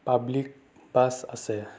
public bus আছে